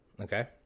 Okay